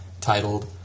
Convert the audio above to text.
titled